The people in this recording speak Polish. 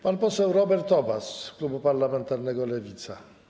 Pan poseł Robert Obaz z klubu parlamentarnego Lewica.